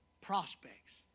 prospects